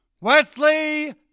Wesley